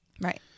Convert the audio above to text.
Right